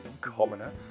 Commoner